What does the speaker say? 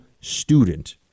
student